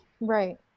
Right